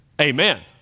Amen